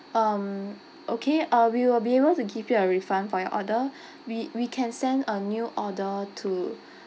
um okay uh we will be able to give you a refund for your order we we can send a new order to